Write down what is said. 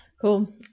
cool